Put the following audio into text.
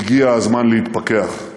הגיע הזמן להתפכח.